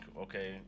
okay